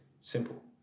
Simple